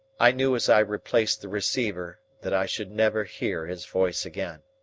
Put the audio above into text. i knew as i replaced the receiver that i should never hear his voice again.